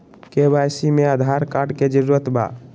KYC में Aadhaar card के जरूरत बा?